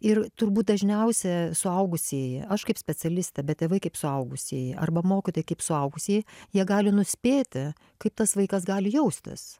ir turbūt dažniausia suaugusieji aš kaip specialistė bet tėvai kaip suaugusieji arba mokytojai kaip suaugusieji jie gali nuspėti kaip tas vaikas gali jaustis